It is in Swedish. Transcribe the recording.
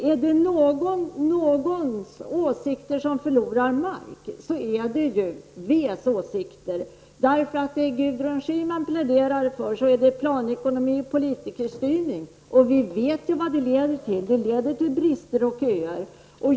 Är det något partis åsikter som förlorar mark, så är det vänsterpartiets. Det Gudrun Schyman pläderar för är planekonomi och politikerstyrning. Vi vet ju vad det leder till. Det leder till brister och köer.